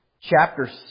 chapter